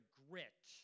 grit